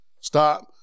Stop